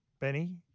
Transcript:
Benny